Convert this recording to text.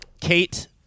Kate